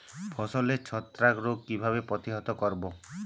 ফসলের ছত্রাক রোগ কিভাবে প্রতিহত করব?